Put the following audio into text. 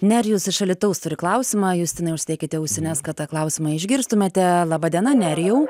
nerijus iš alytaus turi klausimą justinai užsidėkite ausines kad tą klausimą išgirstumėte laba diena nerijau